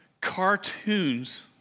Cartoons